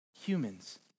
Humans